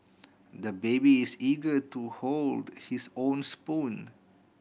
the baby is eager to hold his own spoon